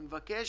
אני מבקש